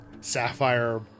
sapphire